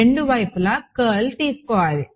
రెండు వైపులా కర్ల్ తీసుకోవాలి